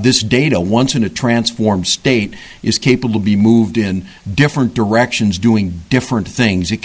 this data once in a transformed state is capable be moved in different directions doing different things you